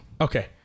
Okay